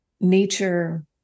Nature